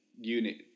unit